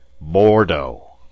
Bordeaux